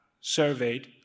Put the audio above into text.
surveyed